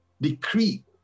Decree